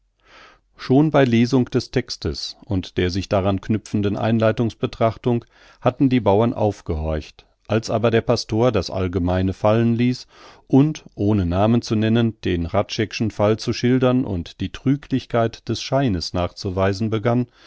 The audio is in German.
schon bei lesung des textes und der sich daran knüpfenden einleitungsbetrachtung hatten die bauern aufgehorcht als aber der pastor das allgemeine fallen ließ und ohne namen zu nennen den hradscheck'schen fall zu schildern und die trüglichkeit des scheines nachzuweisen begann